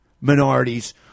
minorities